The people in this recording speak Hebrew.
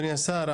אדוני השר,